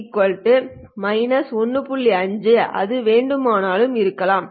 5 அது எதுவேண்டுமானாலும் இருக்கலாம்